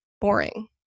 boring